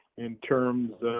in terms